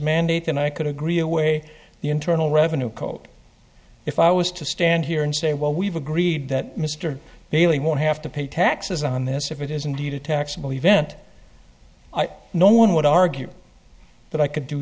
mandate than i could agree a way the internal revenue code if i was to stand here and say well we've agreed that mr bailey won't have to pay taxes on this if it is indeed a taxable event no one would argue that i could do